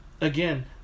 again